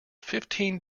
fifteen